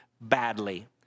badly